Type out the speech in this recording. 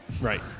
Right